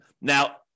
Now